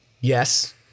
yes